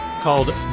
called